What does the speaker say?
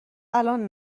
الان